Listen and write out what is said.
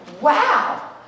Wow